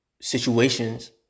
situations